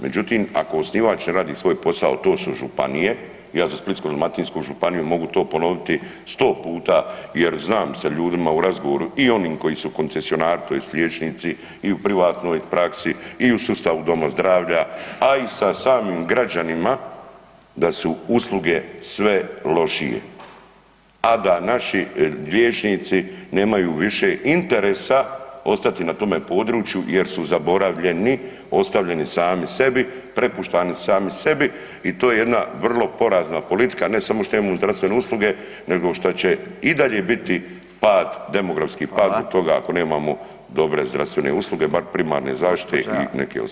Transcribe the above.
Međutim, ako osnivač ne radi svoj posao, to su županije, ja za Splitsko-dalmatinsku županiju mogu to ponoviti 100 puta jer znam sa ljudima u razgovoru i onim koji su koncesionari, tj. liječnici i u privatnoj praksi i u sustavu doma zdravlja, a i sa samim građanima, da su usluge sve lošije, a da naši liječnici nemaju više interesa ostati na tome području jer su zaboravljeni, ostavljeni sami sebi, prepuštani sami sebi i to je jedna vrlo porazna politika, ne samo što imamo zdravstvene usluge, nego što će i dalje biti pad demografski pad [[Upadica: Hvala.]] od toga ako nemamo dobre zdravstvene usluge, bar primarne zaštite i neke ostale.